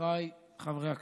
חברי הכנסת,